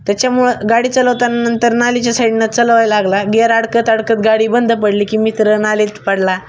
त्याच्यामुळं गाडी चलवताना नंतर नालीच्या साईडनं चलावायला लागला गेअर अडकत अडकत गाडी बंद पडली की मित्र नालीत पडला